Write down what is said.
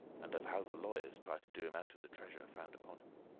and of how the lawyers tried to do him out of the treasure found upon him.